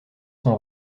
son